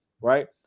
Right